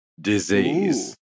disease